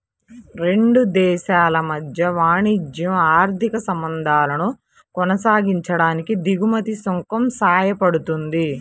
రెండు దేశాల మధ్య వాణిజ్య, ఆర్థిక సంబంధాలను కొనసాగించడానికి దిగుమతి సుంకం సాయపడుతుంది